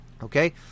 Okay